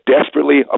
desperately